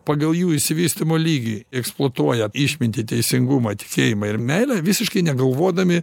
pagal jų išsivystymo lygį eksploatuoja išmintį teisingumą tikėjimą ir meilę visiškai negalvodami